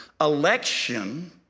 election